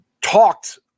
talked